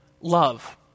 love